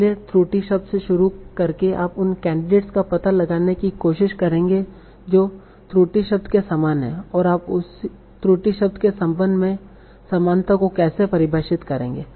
इसलिए त्रुटि शब्द से शुरू करके आप उन कैंडिडेट्स का पता लगाने की कोशिश करेंगे जो त्रुटि शब्द के समान हैं और आप त्रुटि शब्द के संबंध में समानता को कैसे परिभाषित करेंगे